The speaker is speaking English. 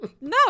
no